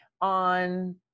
on